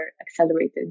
accelerated